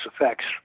effects